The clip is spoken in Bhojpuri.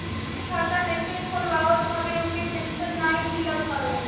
जे खाता नाइ खोलवावत हवे ओके पेंशन नाइ मिलत हवे